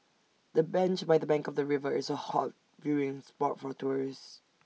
the bench by the bank of the river is A hot viewing spot for tourists